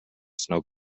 snow